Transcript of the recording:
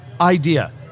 idea